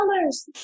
colors